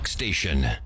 Station